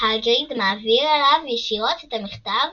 האגריד מעביר אליו ישירות את המכתב